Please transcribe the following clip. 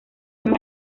zonas